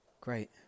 Great